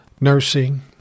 nursing